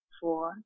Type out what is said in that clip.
four